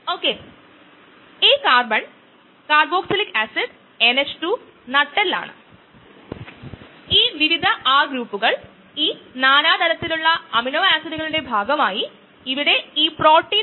അതിനാൽ non competitive ഇൻഹിബിഷനുള്ള അധിക റിയാക്ഷൻ ഇതാണ് ഈ സാഹചര്യത്തിൽ ഇൻഹിബിറ്റർ എൻസൈമിനോടും എൻസൈം സബ്സ്ട്രേറ്റ് കോംപ്ലക്സിനോടും ബന്ധിപ്പിക്കുന്നു